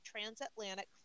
transatlantic